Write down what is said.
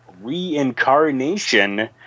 reincarnation